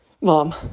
Mom